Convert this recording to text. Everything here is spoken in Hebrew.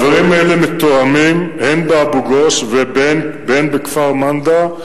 הדברים האלה מתואמים, אם באבו-גוש ואם בכפר-מנדא,